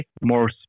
more